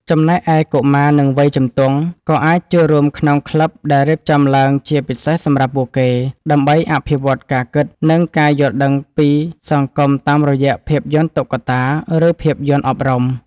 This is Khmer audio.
ចំណែកឯកុមារ និងវ័យជំទង់ ក៏អាចចូលរួមក្នុងក្លឹបដែលរៀបចំឡើងជាពិសេសសម្រាប់ពួកគេ ដើម្បីអភិវឌ្ឍការគិត និងការយល់ដឹងពីសង្គមតាមរយៈភាពយន្តតុក្កតា ឬភាពយន្តអប់រំ។